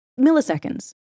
milliseconds